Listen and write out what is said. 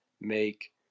make